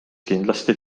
kindlasti